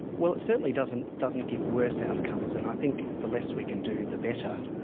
well, it certainly doesn't doesn't give worse outcomes, and i think the less we can do, the better.